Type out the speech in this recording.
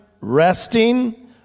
resting